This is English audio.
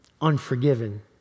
unforgiven